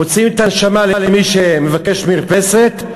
מוציאים את הנשמה למי שמבקש לבנות מרפסת,